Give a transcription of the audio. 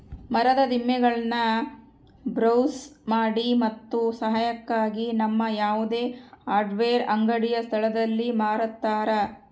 ಮರದ ದಿಮ್ಮಿಗುಳ್ನ ಬ್ರೌಸ್ ಮಾಡಿ ಮತ್ತು ಸಹಾಯಕ್ಕಾಗಿ ನಮ್ಮ ಯಾವುದೇ ಹಾರ್ಡ್ವೇರ್ ಅಂಗಡಿಯ ಸ್ಥಳದಲ್ಲಿ ಮಾರತರ